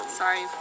sorry